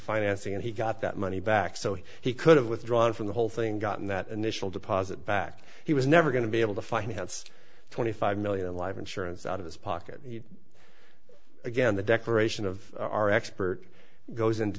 financing and he got that money back so he could have withdrawn from the whole thing gotten that initial deposit back he was never going to be able to finance twenty five million life insurance out of his pocket again the declaration of our expert goes into